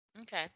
okay